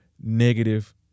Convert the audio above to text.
negative